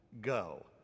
go